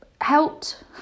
helped